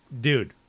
Dude